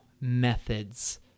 methods